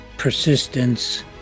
persistence